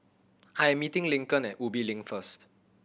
I'm meeting Lincoln at Ubi Link first